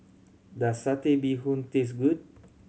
does Satay Bee Hoon taste good